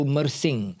MerSing